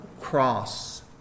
cross